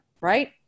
right